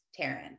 Taryn